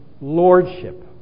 lordship